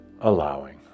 allowing